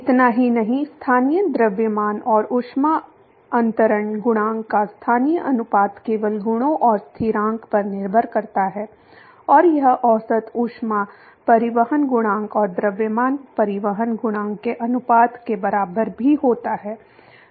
इतना ही नहीं स्थानीय द्रव्यमान और ऊष्मा अंतरण गुणांक का स्थानीय अनुपात केवल गुणों और स्थिरांक पर निर्भर करता है और यह औसत ऊष्मा परिवहन गुणांक और द्रव्यमान परिवहन गुणांक के अनुपात के बराबर भी होता है